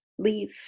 leave